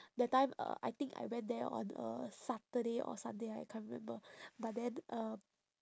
that time uh I think I went there on a saturday or sunday I can't remember but then um